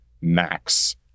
max